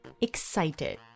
excited